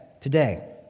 today